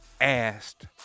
Asked